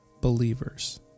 believers